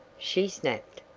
she snapped.